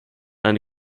eine